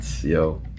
yo